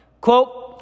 Quote